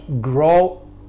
grow